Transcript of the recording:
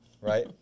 right